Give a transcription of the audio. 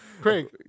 Craig